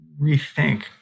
rethink